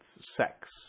sex